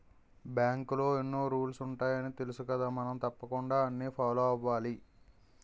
బాంకులో ఎన్నో రూల్సు ఉంటాయని తెలుసుకదా మనం తప్పకుండా అన్నీ ఫాలో అవ్వాలి